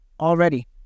already